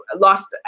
lost